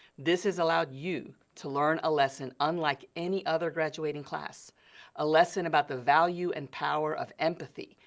this has allowed you to learn a lesson unlike any other graduating class a lesson about the value and power of empathy,